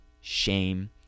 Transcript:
shame